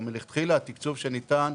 גם מלכתחילה התקצוב שניתן,